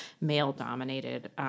male-dominated